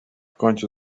końcu